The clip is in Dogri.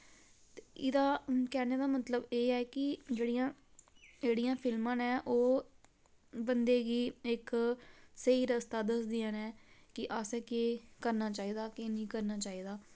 इदा कैह्ने दा मतलब एह् ऐ कि जेह्ड़ियां एह्ड़ियां फिलमां नै ओह् बंदे गी इक स्हेई रस्ता दसदियां नै कि असें केह् करना चाहिदा के निं करना चाहिदा